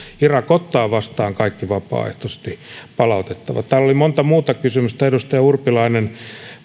irak ottaa vastaan kaikki vapaaehtoisesti palaavat täällä oli monta muuta kysymystä edustaja urpilainen